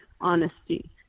honesty